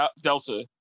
delta